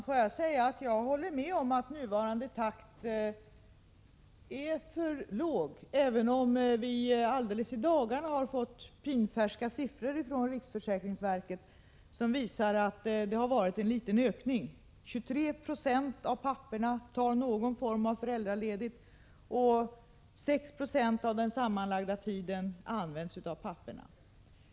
Fru talman! Jag håller med om att nuvarande takt är för låg, även om det i dagarna har kommit färska siffror från riksförsäkringsverket som visar att det har skett en liten ökning. 23 26 av papporna tar någon form av föräldraledigt, och 6 96 av den sammanlagda tiden används av papporna.